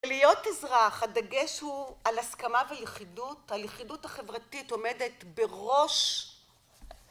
להיות אזרח הדגש הוא על הסכמה ולכידות, הלכידות החברתית עומדת בראש...